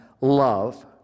love